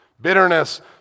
bitterness